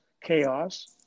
chaos